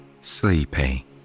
sleepy